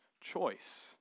choice